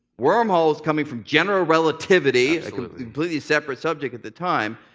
wormholes coming from general relativity completely separate subjects at the time,